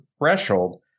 threshold